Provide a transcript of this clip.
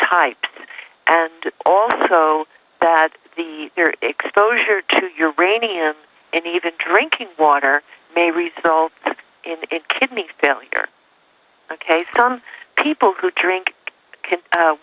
types and also that the exposure to your brain ian and even drinking water may result in the kidney failure ok some people who drink